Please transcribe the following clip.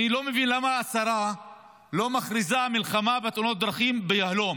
אני לא מבין למה השרה לא מכריזה מלחמה בתאונות הדרכים ביהלום,